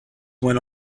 went